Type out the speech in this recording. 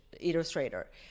illustrator